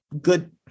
good